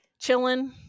chillin